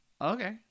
Okay